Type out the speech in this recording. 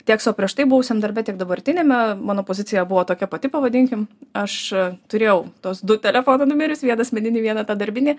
tiek savo prieš tai buvusiam darbe tiek dabartiniame mano pozicija buvo tokia pati pavadinkim aš turėjau tuos du telefono numerius vieną asmeninį vieną tą darbinį